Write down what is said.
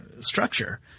structure